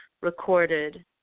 recorded